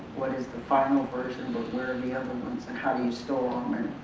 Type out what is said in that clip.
what is the final version, but where are the other ones and how do you store them and